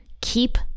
keep